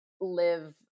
live